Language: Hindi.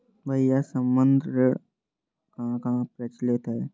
भैया संबंद्ध ऋण कहां कहां प्रचलित है?